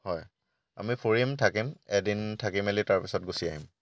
হয় আমি ফুৰিম থাকিম এদিন থাকি মেলি তাৰপিছত গুচি আহিম